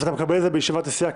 אתה מקבל את זה בישיבת הסיעה,